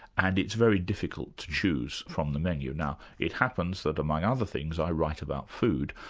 and it's very difficult to choose from the menu. now it happens that among other things, i write about food.